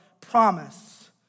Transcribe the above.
promise